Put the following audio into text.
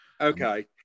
Okay